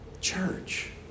church